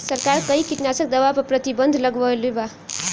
सरकार कई किटनास्क दवा पर प्रतिबन्ध लगवले बा